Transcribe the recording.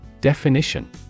Definition